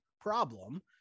problem